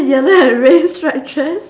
yellow and red striped dress